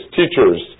teachers